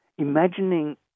imagining